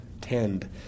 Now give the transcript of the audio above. tend